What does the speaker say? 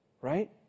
right